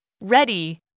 Ready